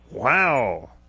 Wow